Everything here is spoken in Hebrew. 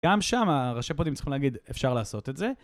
גם שם הראשי פודים צריכים להגיד אפשר לעשות את זה.